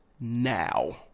Now